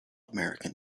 american